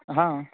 हां